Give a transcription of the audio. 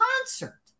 concert